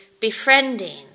befriending